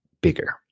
bigger